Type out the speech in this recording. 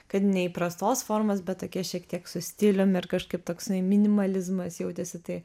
kad neįprastos formos bet tokie šiek tiek su stiliumi ar kažkaip toksai minimalizmas jautėsi tai